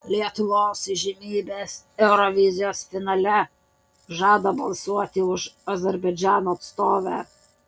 lietuvos įžymybės eurovizijos finale žada balsuoti už azerbaidžano atstovę